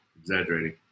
exaggerating